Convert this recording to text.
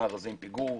עם פיגור.